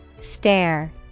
Stare